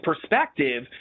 perspective